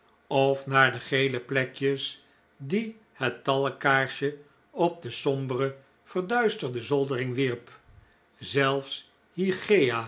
of naar de gele plekjes die het talkkaarsje op de sombere verduisterde zoldering wierp zelfs